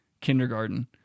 kindergarten